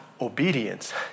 obedience